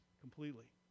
completely